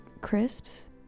crisps